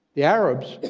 the arabs,